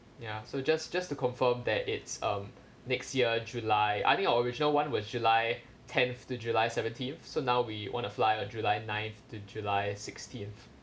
ya so just just to confirm that it's um next year july I think our original [one] was july tenth to july seventeenth so now we want to fly on july ninth to july sixteenth